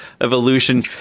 evolution